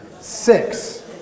Six